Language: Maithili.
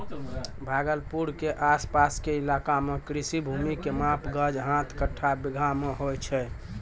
भागलपुर के आस पास के इलाका मॅ कृषि भूमि के माप गज, हाथ, कट्ठा, बीघा मॅ होय छै